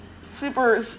super